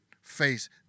face